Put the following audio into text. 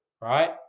right